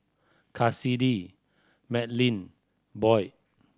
Cassidy Madlyn Boyd